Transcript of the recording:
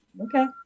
okay